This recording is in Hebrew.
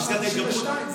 לפסקת ההתגברות.